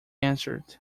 answered